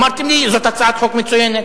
אמרתם לי: זאת הצעת חוק מצוינת,